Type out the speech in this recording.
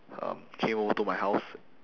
um came over to my house